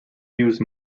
used